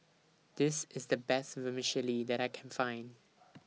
This IS The Best Vermicelli that I Can Find